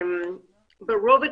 ברובד